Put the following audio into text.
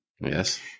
Yes